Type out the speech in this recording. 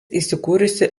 įsikūrusi